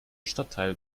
stadtteil